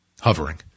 hovering